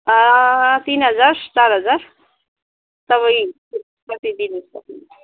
तिन हजार चार हजार तपाईँ कति दिनु सक्नुहुन्छ